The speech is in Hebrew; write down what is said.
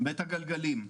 'בית הגלגלים',